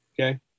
Okay